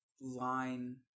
Line